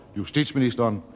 justitsministeren